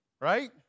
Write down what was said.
right